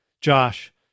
Josh